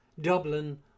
Dublin